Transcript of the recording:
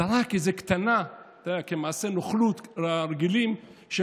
זרק איזו קטנה, כמעשי נוכלות הרגילים: